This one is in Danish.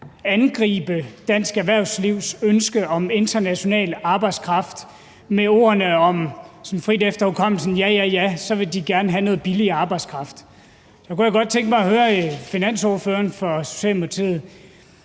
angribe dansk erhvervslivs ønske om international arbejdskraft med ordene – og nu citerer jeg frit efter hukommelsen: Ja ja, så vil de gerne have noget billig arbejdskraft. Jeg kunne godt tænke mig høre finansordføreren for Socialdemokratiet: